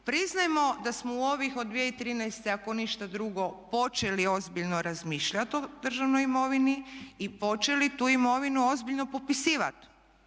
Priznajmo da smo u ovih od 2013. ako ništa drugo počeli ozbiljno razmišljati o državnoj imovini i počeli tu imovinu ozbiljno popisivati.